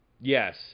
Yes